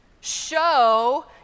Show